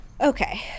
Okay